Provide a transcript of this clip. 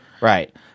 Right